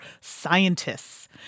scientists